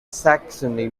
saxony